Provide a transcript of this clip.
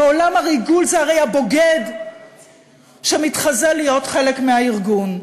בעולם הריגול זה הרי הבוגד שמתחזה להיות חלק מהארגון.